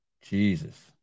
Jesus